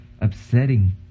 upsetting